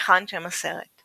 ומכאן שם הסרט.